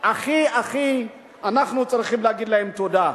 הכי הכי שאנחנו צריכים להגיד להן תודה.